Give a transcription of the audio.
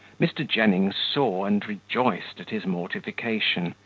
mr. jennings saw and rejoiced at his mortification,